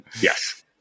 Yes